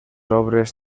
obres